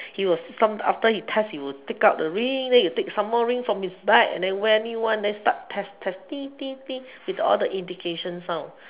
he was some after he test he will take out the ring then he will take some more ring from his bag and then wear new one then start test testing with all the indication sound